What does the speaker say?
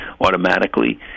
automatically